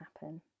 happen